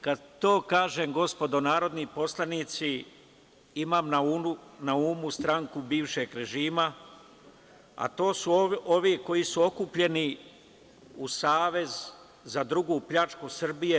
Kad to kažem, gospodo narodni poslanici, imam na umu stranku bivšeg režima, a to su ovi koji su okupljeni u savez za drugu pljačku Srbije.